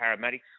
paramedics